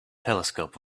telescope